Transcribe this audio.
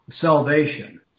salvation